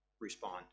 respond